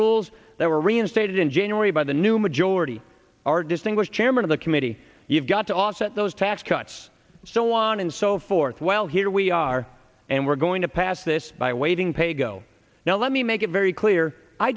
rules that were reinstated in january by the new majority our distinguished chairman of the committee you've got to offset those tax cuts and so on and so forth well here we are and we're going to pass this by waiving pay go now let me make it very clear i